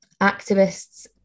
activists